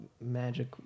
magic